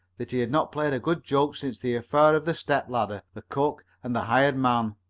that he had not played a good joke since the affair of the step-ladder, the cook and the hired man.